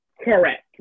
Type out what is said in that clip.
Correct